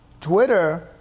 Twitter